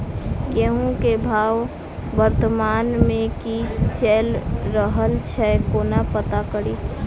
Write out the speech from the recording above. गेंहूँ केँ भाव वर्तमान मे की चैल रहल छै कोना पत्ता कड़ी?